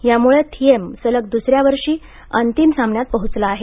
यामुळं थिएम सलग दुसऱ्या वर्षी अंतिम सामन्यात पोहोचला आहे